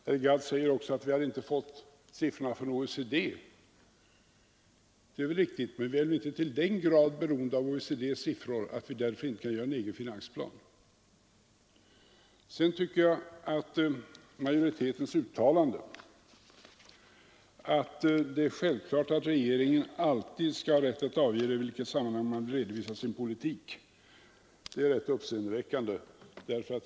Herr Gadd säger också att vi inte hade fått siffrorna från OECD. Det är riktigt, men vi är inte så beroende av OECD:s siffror att vi fördenskull inte kan göra en egen finansplan. Majoritetens uttalande att det är självklart att regeringen alltid skall ha rätt att avgöra i vilket sammanhang den vill redovisa sin politik är rätt uppseendeväckande.